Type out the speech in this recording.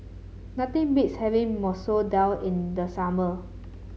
nothing beats having Masoor Dal in the summer